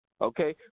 okay